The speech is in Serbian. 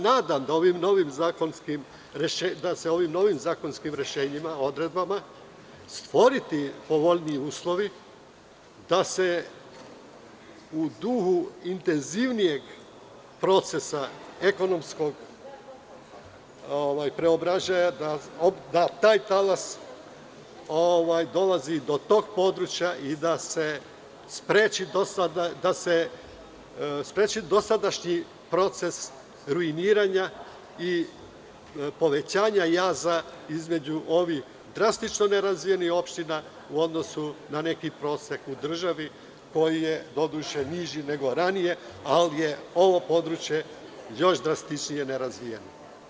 Nadam se da će se ovim novim zakonskim rešenjima i odredbama stvoriti povoljniji uslovi da se u duhu intenzivnijeg procesa ekonomskog preobražaja, da taj talas dolazi do tog područja i da će se spreči dosadašnji proces ruiniranja i povećanja jaza između ovih drastično nerazvijenih opština u odnosu na neki prosek u državi koji je, doduše, niži nego ranije, ali je ovo područje još drastičnije nerazvijeno.